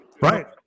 Right